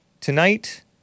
tonight